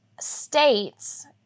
states